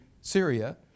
Syria